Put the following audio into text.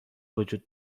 وجود